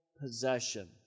possession